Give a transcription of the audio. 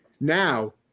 Now